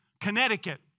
Connecticut